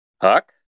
Huck